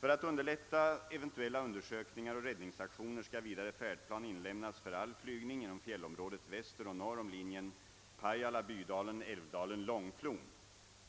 För att underlätta eventuella undersökningar och räddningsaktioner skall vidare färdplan inlämnas för all flygning inom fjällområdet väster och norr om linjen Pajala—Bydalen—Älvdalen— Långflon.